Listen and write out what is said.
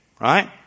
right